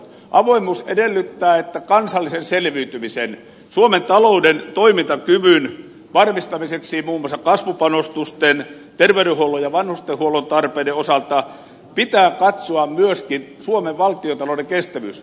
avoimuus edellyttää että kansallisen selviytymisen suomen talouden toimintakyvyn varmistamiseksi muun muassa kasvupanostusten terveydenhuollon ja vanhustenhuollon tarpeiden osalta pitää katsoa myöskin suomen valtiontalouden kestävyys